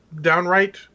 downright